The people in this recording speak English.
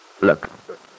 Look